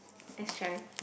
let's try